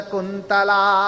Kuntala